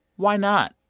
why not?